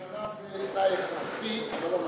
השכלה זה תנאי הכרחי אבל לא מספיק.